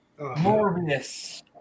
Morbius